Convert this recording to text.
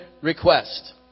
request